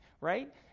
right